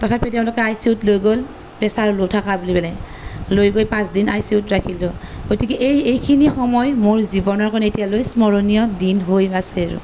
তথাপিটো তেওঁলোকে I C ইউত লৈ গ'ল পেচাৰ ল' থকা বুলি কৈ পেলাই লৈ গৈ পাঁচ দিন আই চি ইউত ৰাখিলোঁ গতিকে এই এইখিনি সময় মোৰ জীৱনৰ কাৰণে এতিয়ালৈ স্মৰণীয় দিন হৈ আছে আৰু